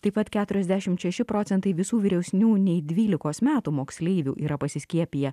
taip pat keturiasdešimt šeši procentai visų vyresnių nei dvylikos metų moksleivių yra pasiskiepiję